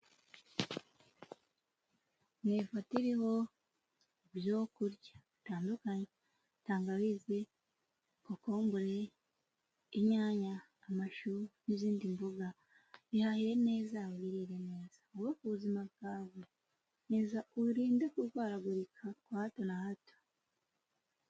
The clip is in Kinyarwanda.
Ni ifoto iriho ibyo kurya bitandukanye tangawizi, kokombure, inyanya, amashu n'izindi mboga. Ihahire neza wirire neza wowe ubuzima bwawe neza uririnde kurwaragurika kwa hato na hato.